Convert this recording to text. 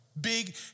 Big